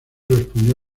respondió